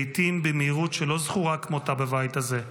לעיתים במהירות שלא זכורה כמותה בבית הזה.